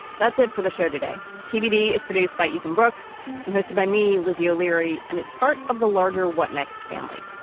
that's it for the show today. tbd is produced by ethan brooks and hosted by me, lizzie o'leary. and it's part of the larger what next family.